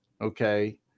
Okay